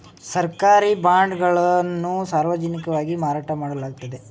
ಸರ್ಕಾರಿ ಬಾಂಡ್ ಗಳನ್ನು ಸಾರ್ವಜನಿಕವಾಗಿ ಮಾರಾಟ ಮಾಡಲಾಗುತ್ತದೆ